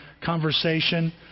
conversation